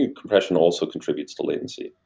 ah compression also contributes to latency.